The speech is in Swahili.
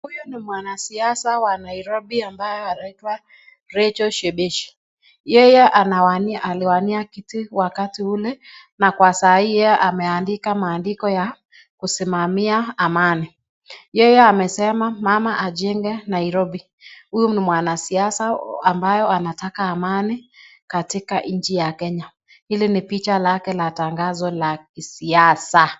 Huyu ni mwanasiasa wa Nairobi ambaye aitwa Rechael Shebesh, yeye aliuania kitu wakati ule na kwa saa hii ameandika maandiko ya kusimamia amani, yeye amesema mama ajenge Nairobi, huyu ni mwanasiasa ambanye anataka amani katika nchi ya Kenya, hili ni picha lake la tangazo la kisiasa.